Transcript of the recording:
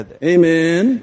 Amen